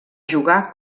jugar